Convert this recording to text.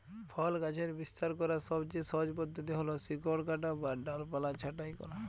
ফল গাছের বিস্তার করার সবচেয়ে সহজ পদ্ধতি হল শিকড় কাটা বা ডালপালা ছাঁটাই করা